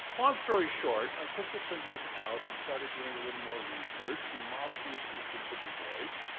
long story short, i took the signals out, we started doing a little more research. we modeled the acoustics of the voice.